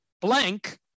blank